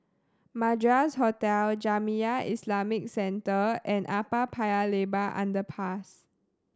Madras Hotel Jamiyah Islamic Centre and Upper Paya Lebar Underpass